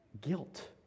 guilt